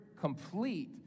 complete